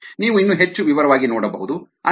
ನೀವು ಇನ್ನು ಹೆಚ್ಚು ವಿವರವಾಗಿ ನೋಡಬಹುದು